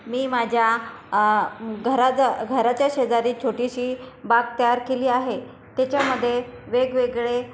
मी माझ्या घराज घराच्या शेजारी छोटीशी बाग तयार केली आहे त्याच्यामध्ये वेगवेगळे